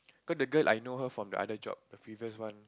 cause the girl I know her from the other job the previous one